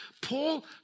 Paul